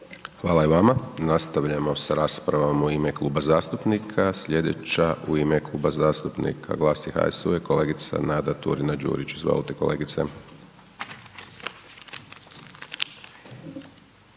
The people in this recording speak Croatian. Hvala i vama. Nastavljamo sa raspravom u ime Kluba zastupnika, slijedeća u ime Kluba zastupnika GLAS-a i HSU-a je kolegica Nada Turina-Đurić. Izvolite kolegice.